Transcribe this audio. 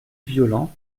violent